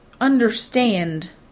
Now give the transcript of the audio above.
understand